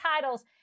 titles